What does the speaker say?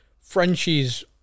Frenchie's